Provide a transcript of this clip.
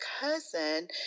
cousin